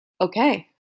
Okay